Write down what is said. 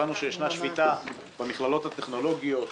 הבנו שישנה שביתה במכללות הטכנולוגיות,